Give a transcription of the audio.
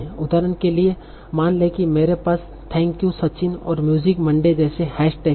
उदाहरण के लिए मान लें कि मेरे पास थैंक यू सचिन और म्यूजिक मंडे जैसे हैश टैग हैं